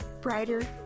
brighter